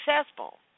successful